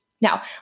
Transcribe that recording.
Now